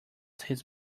his